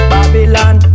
Babylon